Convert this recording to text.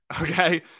Okay